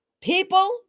People